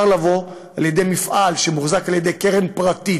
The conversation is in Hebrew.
מפעל שמוחזק על ידי קרן פרטית,